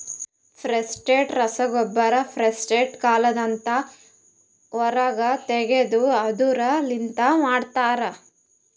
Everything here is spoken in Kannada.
ಫಾಸ್ಫೇಟ್ ರಸಗೊಬ್ಬರ ಫಾಸ್ಫೇಟ್ ಕಲ್ಲದಾಂದ ಹೊರಗ್ ತೆಗೆದು ಅದುರ್ ಲಿಂತ ಮಾಡ್ತರ